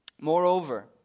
Moreover